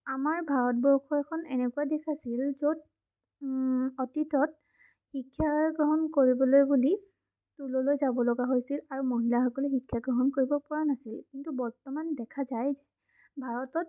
আমাৰ ভাৰতবৰ্ষখন এনকেুৱা দেশ আছিল য'ত অতীতত শিক্ষাৰ গ্ৰহণ কৰিবলৈ বুলি টোললৈ যাব লগা হৈছিল আৰু মহিলাসকলে শিক্ষা গ্ৰহণ কৰিব পৰা নাছিল কিন্তু বৰ্তমান দেখা যায় ভাৰতত